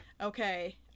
okay